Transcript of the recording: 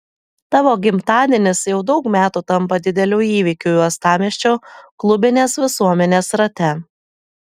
tavo gimtadienis jau daug metų tampa dideliu įvykiu uostamiesčio klubinės visuomenės rate